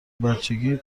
بچگی